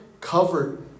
covered